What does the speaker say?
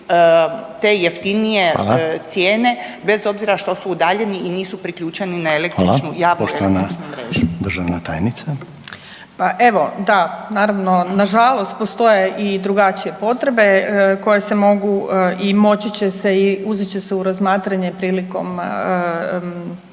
Reiner: Hvala./… bez obzira što su udaljeni i nisu priključeni na električnu javnu električnu mrežu. **Reiner, Željko (HDZ)** Poštovana državna tajnica. **Đurić, Spomenka** Pa evo da naravno nažalost postoje i drugačije potrebe koje se mogu i moći će se i uzet će se u razmatranje prilikom